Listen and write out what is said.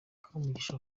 kamugisha